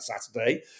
Saturday